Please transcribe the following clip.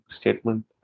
statement